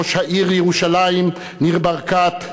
ראש העיר ירושלים ניר ברקת,